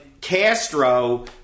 Castro